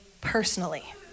personally